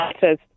says